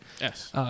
Yes